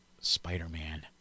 Spider-Man